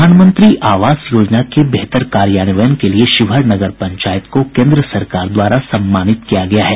प्रधानमंत्री आवास योजना के बेहतर कार्यान्वयन के लिये शिवहर नगर पंचायत को केन्द्र सरकार द्वारा सम्मानित किया गया है